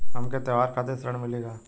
हमके त्योहार खातिर ऋण मिली का?